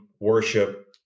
worship